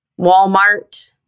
walmart